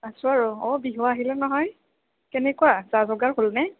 আছোঁ আৰু অ বিহু আহিলে নহয় কেনেকুৱা যা যোগাৰ হ'লনে